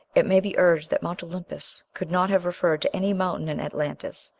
it may be urged that mount olympus could not have referred to any mountain in atlantis,